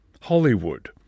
Hollywood